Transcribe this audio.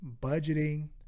budgeting